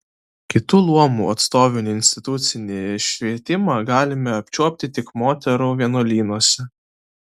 kitų luomų atstovių neinstitucinį švietimą galime apčiuopti tik moterų vienuolynuose